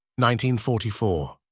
1944